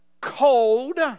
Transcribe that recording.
cold